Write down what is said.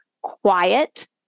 quiet